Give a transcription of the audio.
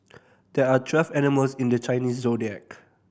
there are twelve animals in the Chinese Zodiac